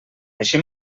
així